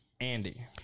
Andy